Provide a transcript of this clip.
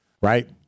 right